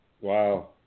Wow